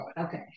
okay